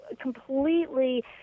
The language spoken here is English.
completely